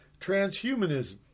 Transhumanism